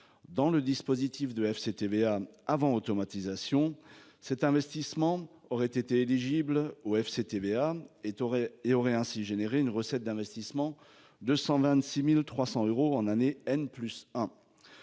Dans le dispositif de FCTVA avant automatisation cet investissement aurait été éligibles au FCTVA et t'aurais et aurait ainsi généré une recette d'investissement de 126.300 euros en année N plus